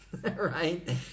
right